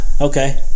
Okay